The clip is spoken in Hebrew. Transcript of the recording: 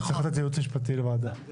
הוא צריך לתת ייעוץ משפטי לוועדה.